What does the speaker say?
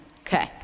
Okay